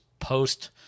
Post